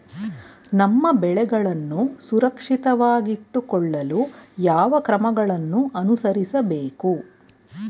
ನಮ್ಮ ಬೆಳೆಗಳನ್ನು ಸುರಕ್ಷಿತವಾಗಿಟ್ಟು ಕೊಳ್ಳಲು ಯಾವ ಕ್ರಮಗಳನ್ನು ಅನುಸರಿಸಬೇಕು?